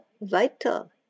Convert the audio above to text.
vital